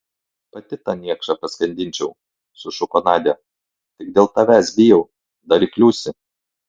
pati tą niekšą paskandinčiau sušuko nadia tik dėl tavęs bijau dar įkliūsi